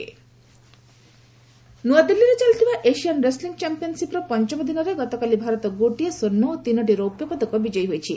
Asian wrestling ନୂଆଦିଲ୍ଲୀରେ ଚାଲିଥିବା Asian wrestling ଚମ୍ପିୟନ୍ସିନ୍ର ପଞ୍ଚମ ଦିନରେ ଗତକାଲି ଭାରତ ଗୋଟିଏ ସ୍ୱର୍ଣ୍ଣ ଓ ତିନୋଟି ରୌପ୍ୟ ପଦକ ବିଜୟୀ ହୋଇଛି